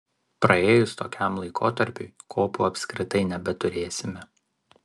praėjus tokiam laikotarpiui kopų apskritai nebeturėsime